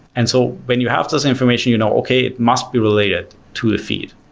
and so when you have this information, you know okay, it must be related to the feed.